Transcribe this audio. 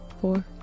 four